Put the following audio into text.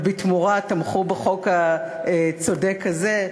ובתמורה תמכו בחוק הצודק הזה.